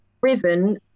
driven